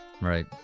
Right